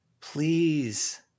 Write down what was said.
Please